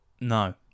No